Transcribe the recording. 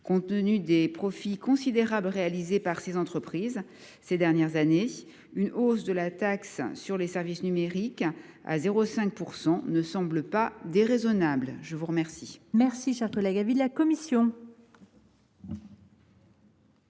Compte tenu des profits considérables réalisés par ces entreprises ces dernières années, une hausse de la taxe sur les services numériques à 0,5 % ne semble pas déraisonnable. Quel est l’avis de la commission